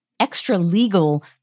extra-legal